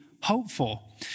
hopeful